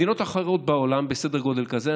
במדינות אחרות בעולם בסדר גודל כזה,